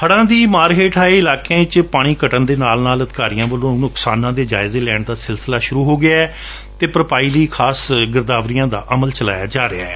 ਹੜਾਂ ਦੀ ਮਾਰ ਹੇਠ ਆਏ ਇਲਾਕਿਆਂ ਵਿੱਚ ਪਾਣੀ ਦੇ ਘਟਣ ਦੇ ਨਾਲ ਨਾਲ ਅਧਿਕਾਰੀਆਂ ਵੱਲੋਂ ਨੁਕਸਾਨਾਂ ਦੇ ਜਾਇਜੇ ਲੈਣ ਦਾ ਸਿਲਸਿਲਾ ਸ਼ੁਰੂ ਹੋ ਗਿਐ ਅਤੇ ਭਰਪਾਈ ਲਈ ਖਾਸ ਗਿਰਦਾਵਰੀਆਂ ਦਾ ਅਮਲ ਚ ਲਾਇਆ ਜਾ ਰਿਹੈ